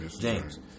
james